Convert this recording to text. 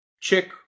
check